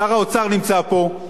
שר האוצר נמצא פה,